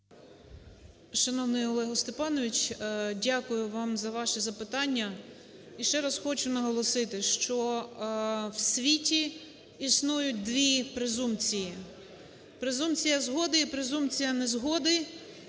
Шановний Олег Степанович, дякую вам за ваші запитання. І ще раз хочу наголосити, що в світі існують дві презумпції – презумпція згоди і презумпція незгоди